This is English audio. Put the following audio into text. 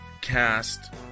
Cast